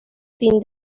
sin